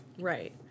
right